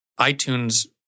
iTunes